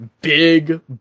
big